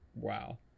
Wow